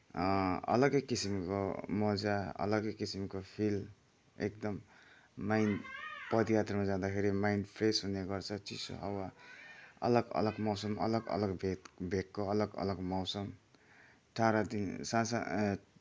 अलगै किसिमको मजा अलगै किसिमको फिल एकदम माइन्ड पदयात्रामा जाँदाखेरि माइन्ड फ्रेस हुनेगर्छ चिसो हावा अलग अलग मौसम अलग अलग भेक भेकको अलग अलग मौसम टाढातिर सासा ए